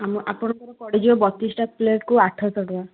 ଆମ ଆପଣଙ୍କର ପଡ଼ିଯିବ ବତିଶଟା ପ୍ଲେଟ୍କୁ ଆଠଶହ ଟଙ୍କା